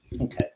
Okay